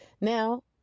Now